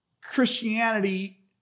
Christianity